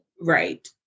Right